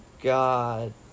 God